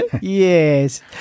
yes